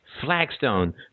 flagstone